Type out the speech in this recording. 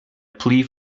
plea